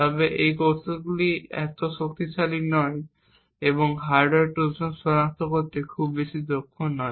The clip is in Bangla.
তবে এই কৌশলগুলি এত শক্তিশালী নয় এবং হার্ডওয়্যার ট্রোজান সনাক্ত করতে খুব বেশি দক্ষ নয়